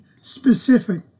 specific